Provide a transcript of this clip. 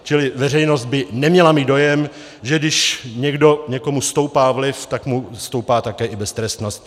Čili veřejnost by neměla mít dojem, že když někomu stoupá vliv, tak mu stoupá také i beztrestnost.